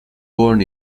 born